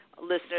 listeners